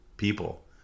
people